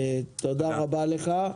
תודה רבה לך.